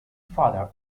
father